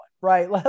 right